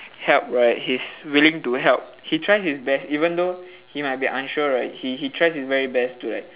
help right he's willing to help he tries his best even though he might be unsure right he he tries his very best to like